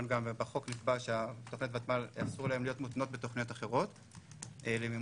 בחוק נקבע שלתוכניות ותמ"ל אסור להיות מותנות בתוכניות אחרות למימושן,